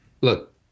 look